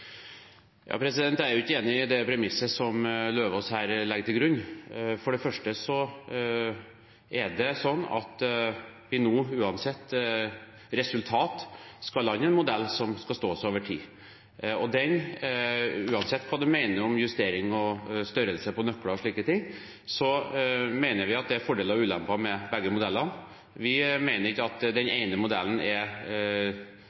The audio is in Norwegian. Jeg er ikke enig i det premisset som Løvaas her legger til grunn. For det første er det sånn at vi nå, uansett resultat, skal lande en modell som skal stå seg over tid. Uansett hva en mener om justering og størrelse på nøkler og slike ting, mener vi at det er fordeler og ulemper med begge modellene. Vi mener ikke at den